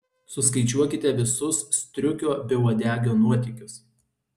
suskaičiuokite visus striukio beuodegio nuotykius